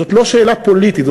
זאת לא שאלה פוליטית,